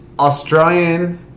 Australian